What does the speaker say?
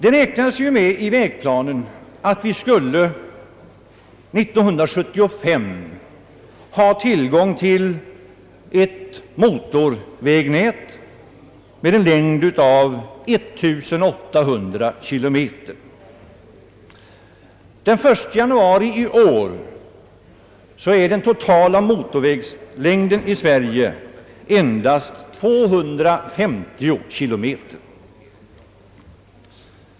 I vägplanen räknade man med att vi år 1975 skulle ha tillgång till ett motorvägnät med en längd av 1 800 kilometer. Den 1 januari i år var den totala motorväglängden i Sverige endast 250 kilometer.